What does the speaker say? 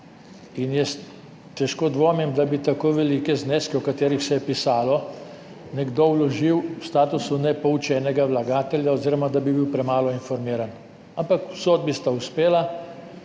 Jaz težko dvomim, da bi tako velike zneske, o katerih se je pisalo, nekdo vložil v statusu nepoučenega vlagatelja oziroma da bi bil premalo informiran, ampak v sodbi sta uspela.